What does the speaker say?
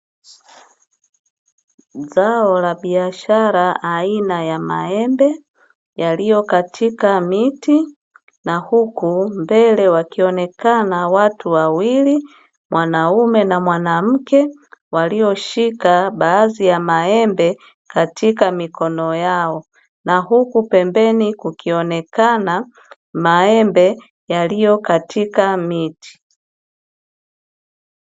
Zao la biashara aina ya maembe, yaliyo katika miti na huku mbele wakionekana watu wawili mwanaume na mwanamke, walioshika baadhi ya maembe katika mikono yao. Na huku pembeni kukionekana maembe yaliyo katika miti.